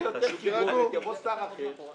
תהיה יותר קיבולת, תירגעו, יבוא שר אחר.